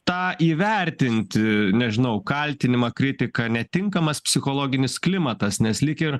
tą įvertinti nežinau kaltinimą kritiką netinkamas psichologinis klimatas nes lyg ir